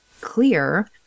clear